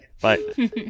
Bye